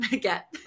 get